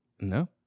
No